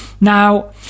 Now